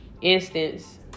Instance